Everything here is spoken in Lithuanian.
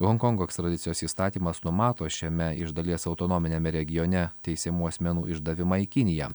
honkongo ekstradicijos įstatymas numato šiame iš dalies autonominiame regione teisiamų asmenų išdavimą į kiniją